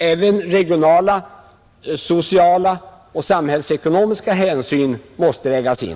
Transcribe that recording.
Även regionala, sociala och samhällsekonomiska hänsyn måste vägas in.